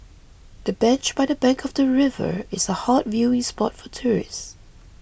the bench by the bank of the river is a hot viewing spot for tourists